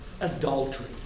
adultery